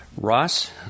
Ross